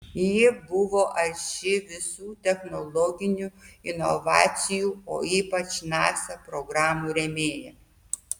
ji buvo arši visų technologinių inovacijų o ypač nasa programų rėmėja